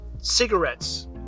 cigarettes